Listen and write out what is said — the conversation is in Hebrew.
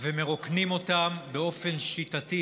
ומרוקנים אותם באופן שיטתי